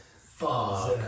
fuck